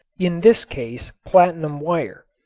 in this case platinum wire.